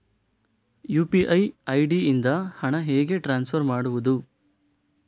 UPI ID ಇಂದ ಹಣ ಹೇಗೆ ಟ್ರಾನ್ಸ್ಫರ್ ಮಾಡುದು?